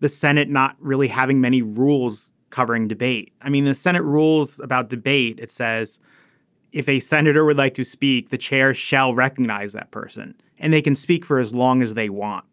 the senate not really having many rules covering debate. i mean the senate rules about debate. it says if a senator would like to speak the chair shall recognize that person and they can speak for as long as they want.